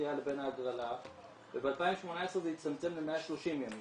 הזכייה לבין ההגרלה וב-2018 זה הצטמצם ל-130 ימים